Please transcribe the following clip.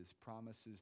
promises